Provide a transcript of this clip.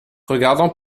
regardant